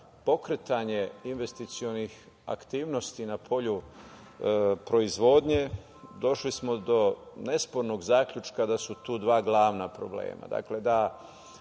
pokretanje investicionih aktivnosti na polju proizvodnje došli smo do nespornog zaključka da su tu dva glavna problema.